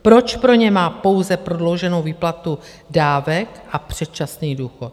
Proč pro ně má pouze prodlouženou výplatu dávek a předčasný důchod?